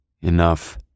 Enough